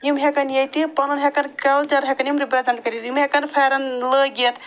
یِم ہٮ۪کن ییٚتہِ پَنُن ہٮ۪کن کلچر ہٮ۪کن یِم رِپرٛزنٛٹ کٔرِتھ یِم ہٮ۪کن پھٮ۪رن لٲگِتھ